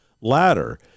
ladder